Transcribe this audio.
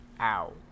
Ow